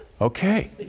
Okay